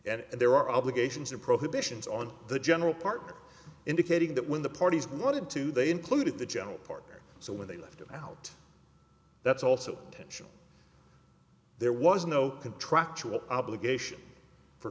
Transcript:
and there are obligations and probations on the general part indicating that when the parties wanted to they included the general partner so when they left out that's also tension there was no contractual obligation for